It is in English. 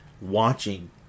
watching